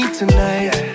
tonight